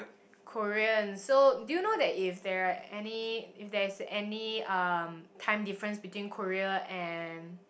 Korean so do you know that if there are any if there is any um time difference between Korea and